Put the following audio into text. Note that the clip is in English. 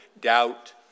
doubt